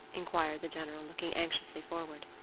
inquired the general, looking anxiously forward.